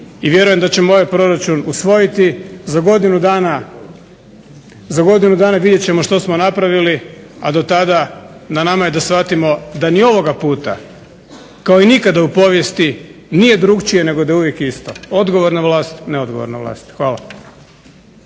vjerujem da ćemo ovaj proračun usvojiti. Za godinu dana vidjet ćemo što smo napravili, a do tada na nama je da shvatimo da ni ovoga puta kao i nikada u povijesti nije drukčije nego da je uvijek isto odgovorna vlast neodgovorna vlast. Hvala.